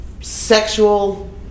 sexual